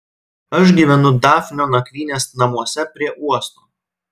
aš gyvenu dafnio nakvynės namuose prie uosto